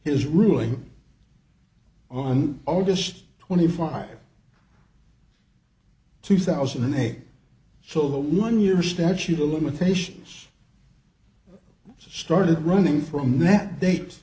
his ruling on august twenty five two thousand and eight so the one year statute of limitations started running from that date